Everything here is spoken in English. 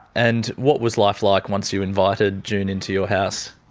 and what was life like once you invited june into your house?